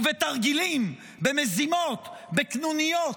ובתרגילים, במזימות, בקנוניות,